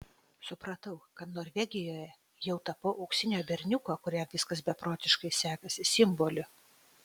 supratau kad norvegijoje jau tapau auksinio berniuko kuriam viskas beprotiškai sekasi simboliu